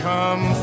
Come